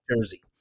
Jersey